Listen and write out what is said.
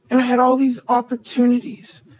and i had all these opportunities.